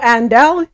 Andel